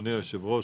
אדוני היושב-ראש,